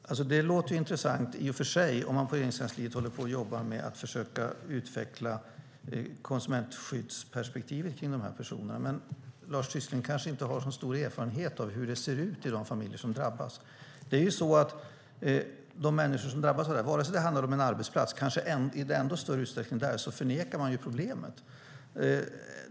Herr talman! Det låter i och för sig intressant om man på Regeringskansliet jobbar med att försöka utveckla konsumentskyddsperspektivet när det gäller de drabbade personerna, men Lars Tysklind kanske inte har så stor erfarenhet av hur det ser ut i de familjer som drabbas. Oavsett om det handlar om en bostad eller en arbetsplats - kanske i ännu större utsträckning på arbetsplatser - förnekar man problemet.